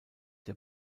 der